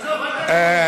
עזוב, אל תטיף לי מוסר.